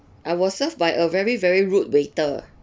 I was served by a very very rude waiter